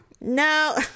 No